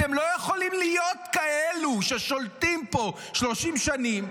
אתם לא יכולים להיות כאלו ששולטים פה 30 שנים,